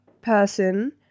person